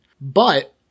But-